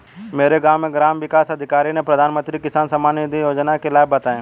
मेरे गांव में ग्राम विकास अधिकारी ने प्रधानमंत्री किसान सम्मान निधि योजना के लाभ बताएं